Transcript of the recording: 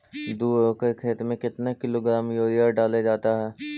दू एकड़ खेत में कितने किलोग्राम यूरिया डाले जाते हैं?